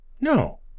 No